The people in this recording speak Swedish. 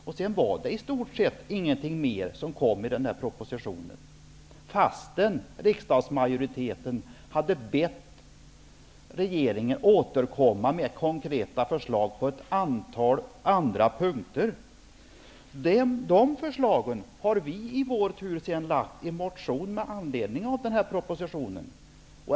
Det finns i stort sett inte mer i propositionen, fastän riksdagsmajoriteten hade bett regeringen att återkomma med konkreta förslag på ett antal andra punkter. De förslagen har vi i vår tur lagt fram i en motion med anledning av propositionen.